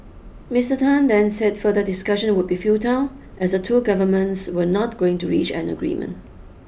Mister Tan then said further discussion would be futile as the two governments were not going to reach an agreement